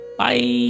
Bye